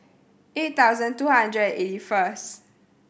eight thousand two hundred and eighty first